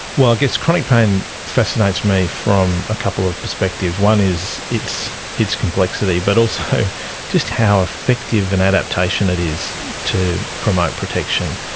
guess chronic pain fascinates me from a couple of perspectives. one is its its complexity, but also just how effective an adaptation it is to promote protection.